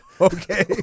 Okay